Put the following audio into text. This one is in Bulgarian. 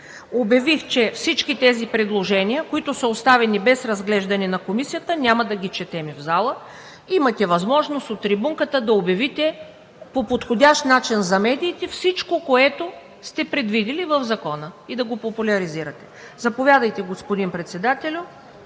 Обявих, че всички тези предложения, които са оставени без разглеждане на Комисията, няма да ги четем в залата. Имате възможност от трибуната да обявите по подходящ начин за медиите всичко, което сте предвиди в Закона и да го популяризирате. Заповядайте, господин Председателю.